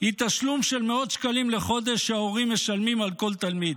היא תשלום של מאות שקלים לחודש שההורים משלמים על כל תלמיד.